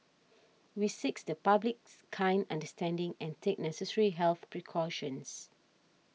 we seeks the public's kind understanding and take necessary health precautions